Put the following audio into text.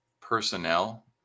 personnel